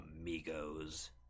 Amigos